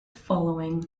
following